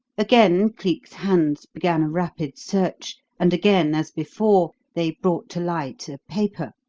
again cleek's hands began a rapid search, and again, as before, they brought to light a paper,